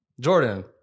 Jordan